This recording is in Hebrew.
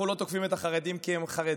אנחנו לא תוקפים את החרדים כי הם חרדים.